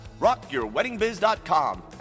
rockyourweddingbiz.com